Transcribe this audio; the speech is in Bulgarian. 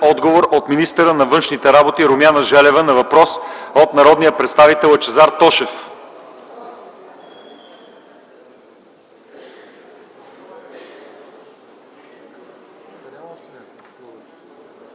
отговор от министъра на външните работи Румяна Желева на въпрос от народния представител Лъчезар Тошев;